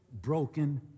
broken